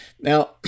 Now